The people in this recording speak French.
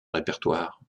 répertoire